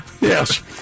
Yes